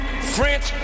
French